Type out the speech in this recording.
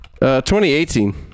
2018